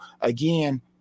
again